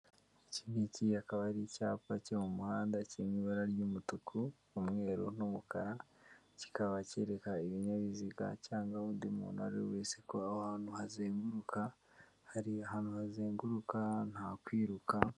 Iki ngiki akaba ari icyapa cyo mu muhanda kiri mu ibara ry'umutuku, umweru n'umukara, kikaba cyereka ibinyabiziga cyangwa undi muntu ari wese ko ahantu hazenguruka, hari ahantu hazenguruka nta kwiruka.